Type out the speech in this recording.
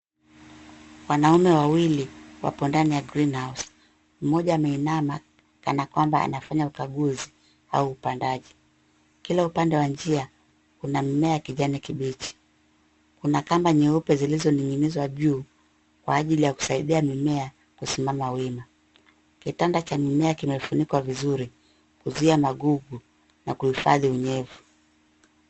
Wanaume wawili wapo ndani ya Greenhouse , mmoja ameinama kana kwamba anafanya ukaguzi au upandaji. Kila upande wa njia, kuna mimea ya kijani kibichi. Kuna kamba nyeupe zilizoning'inizwa juu kwa ajili ya kusaidia mimea kusimama wima. Kitanda cha mimea kimefunikwa vizuri, kuzuia magugu na kuhifadhi unyevu.